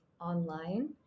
online